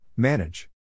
Manage